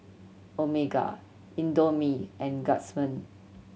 Omega Indomie and Guardsman